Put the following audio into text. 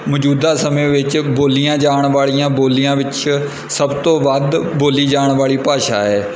ਮੌਜੂਦਾ ਸਮੇਂ ਵਿੱਚ ਬੋਲੀਆਂ ਜਾਣ ਵਾਲੀਆਂ ਬੋਲੀਆਂ ਵਿੱਚ ਸਭ ਤੋਂ ਵੱਧ ਬੋਲੀ ਜਾਣ ਵਾਲੀ ਭਾਸ਼ਾ ਹੈ